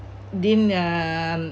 didn't uh